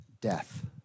death